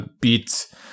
beat